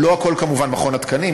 לא הכול כמובן מכון התקנים,